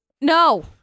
no